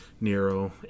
Nero